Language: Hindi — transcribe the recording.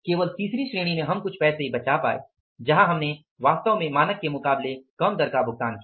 केवल तीसरी श्रेणी में हम कुछ पैसे बचा पाए जहां हमने वास्तव में मानक के मुकाबले कम दर का भुगतान किया